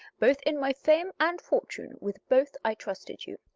both in my fame and fortune with both i trusted you,